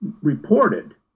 reported